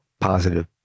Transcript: positive